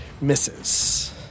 misses